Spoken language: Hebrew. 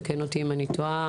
תקן אותי אם אני טועה,